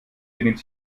benimmt